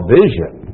vision